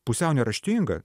pusiau neraštinga